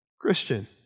Christian